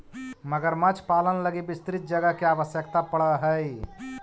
मगरमच्छ पालन लगी विस्तृत जगह के आवश्यकता पड़ऽ हइ